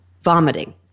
vomiting